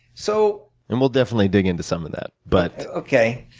so and we'll definitely dig into some of that. but okay.